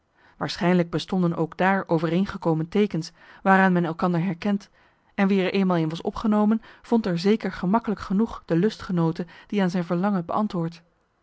waarschijnlijk bestonden ook daar overeengekomen teekens waaraan men elkander herkent en wie er eenmaal in was opgenomen vond er zeker gemakkelijk genoeg de lustgenoote die aan zijn verlange beantwoordt